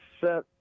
set